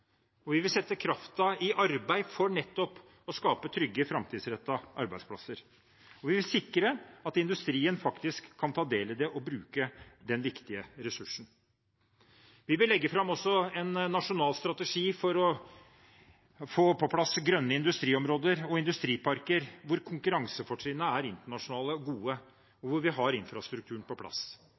Vi vil sette kraften i arbeid for nettopp å skape trygge, framtidsrettede arbeidsplasser, og vi vil sikre at industrien faktisk kan ta del i det og bruke den viktige ressursen. Vi vil også legge fram en nasjonal strategi for å få på plass grønne industriområder og industriparker med internasjonale konkurransefortrinn, og hvor vi har infrastrukturen på plass.